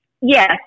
yes